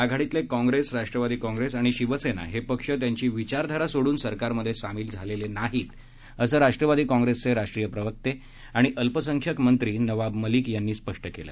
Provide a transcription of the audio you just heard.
आघाडीतले कॉप्रेस राष्ट्रवादी कॉप्रेस आणि शिवसेना हे पक्ष त्यांची विचारधारा सोडून सरकारमध्ये सामील झाले नाहीत असं राष्ट्रवादी काँप्रेसचे राष्ट्रीय प्रवक्ते आणि अल्पसंख्याक मंत्री नवाब मलिक यांनी स्पष्ट केलं